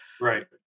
right